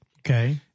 Okay